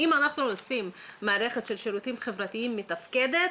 אם אנחנו רוצים מערכת שירותים חברתיים מתפקדת,